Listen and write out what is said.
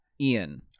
Ian